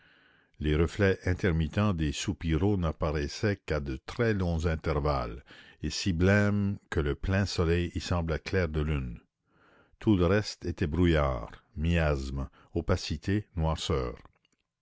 les reflets intermittents des soupiraux n'apparaissaient qu'à de très longs intervalles et si blêmes que le plein soleil y semblait clair de lune tout le reste était brouillard miasme opacité noirceur